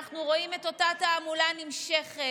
אנחנו רואים את אותה תעמולה נמשכת,